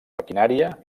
maquinària